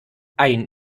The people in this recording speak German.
ein